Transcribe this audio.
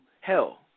hell